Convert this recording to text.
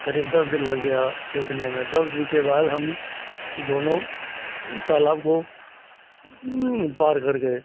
करीब दस दिन लग गया सीखने में दस दिन के बाद हम दोनों तालाब को पार कर गए